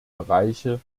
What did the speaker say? bereiche